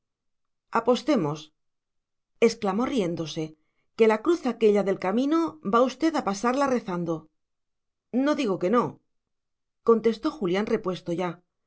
vida grosera apostemos exclamó riéndose que la cruz aquélla del camino va usted a pasarla rezando no digo que no contestó julián repuesto ya